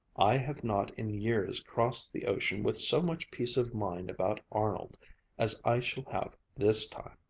i have not in years crossed the ocean with so much peace of mind about arnold as i shall have this time,